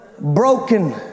Broken